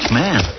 man